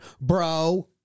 bro